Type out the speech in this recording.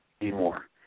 anymore